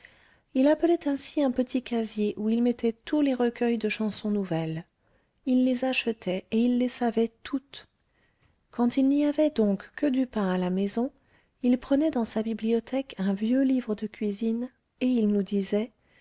il appelait ainsi un petit casier où il mettait tous les recueils de chansons nouvelles il les achetait et il les savait toutes quand il n'y avait donc que du pain à la maison il prenait dans sa bibliothèque un vieux livre de cuisine et il nous disait